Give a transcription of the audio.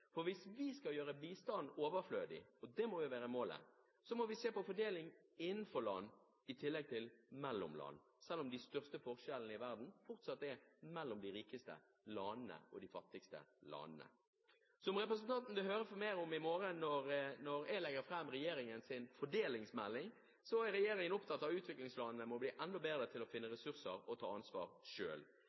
Hvis vi skal gjøre bistanden overflødig – det må jo være målet – må vi se på fordeling innenfor land i tillegg til mellom land, selv om de største forskjellene i verden fortsatt er mellom de rikeste landene og de fattigste landene. Som representanten vil høre mer om i morgen når jeg legger fram regjeringens fordelingsmelding, er regjeringen opptatt av at utviklingslandene må bli enda bedre til å finne ressurser og ta ansvar